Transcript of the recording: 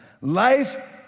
Life